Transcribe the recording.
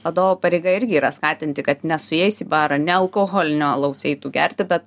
vadovo pareiga irgi yra skatinti kad ne su jais į barą nealkoholinio alaus eitų gerti bet